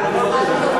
ההצעה להעביר את הצעת חוק